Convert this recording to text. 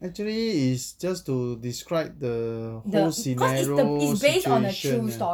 actually is just to describe the whole scenario situation ah